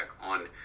on